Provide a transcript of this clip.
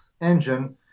engine